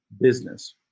business